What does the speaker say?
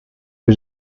que